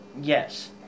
Yes